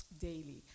daily